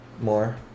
more